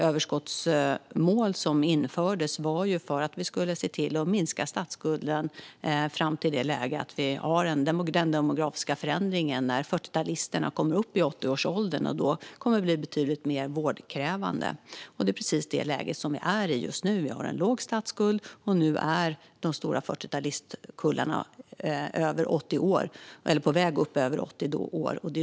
Överskottsmålet infördes för att vi skulle se till att minska statsskulden fram till det läge då den demografiska förändringen uppstår att 40-talisterna kommer upp i 80-årsåldern och då kommer att bli betydligt mer vårdkrävande. Det är precis det läge vi är i just nu. Vi har en låg statsskuld, och de stora 40-talistkullarna är på väg upp över 80 år.